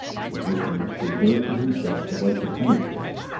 the physician must reserve for himself the right to penetrate,